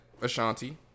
Ashanti